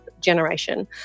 generation